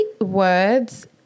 words